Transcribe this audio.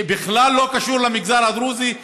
שבכלל לא קשור למגזר הדרוזי,